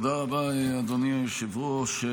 תודה רבה, אדוני היושב-ראש.